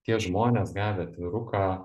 tie žmonės gavę atviruką